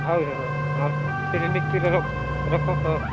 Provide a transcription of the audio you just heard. ହଉ ହଁ ହଁ ସେ ନିକିତିରେ ରଖ ରଖ ହଁ